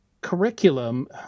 curriculum